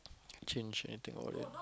change anything or it